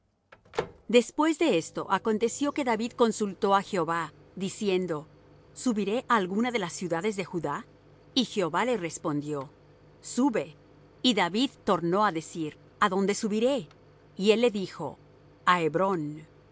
después de esto aconteció que david consultó á jehová diciendo subiré á alguna de las ciudades de judá y jehová le respondió sube y david tornó á decir a dónde subiré y él le dijo a hebrón